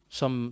som